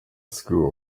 school